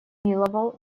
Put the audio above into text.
миловал